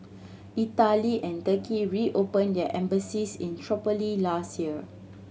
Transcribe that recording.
Italy and Turkey reopened their embassies in Tripoli last year